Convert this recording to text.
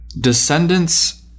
descendants